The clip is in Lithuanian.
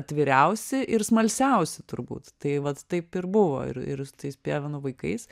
atviriausi ir smalsiausi turbūt tai vat taip ir buvo ir ir su tais pievenų vaikais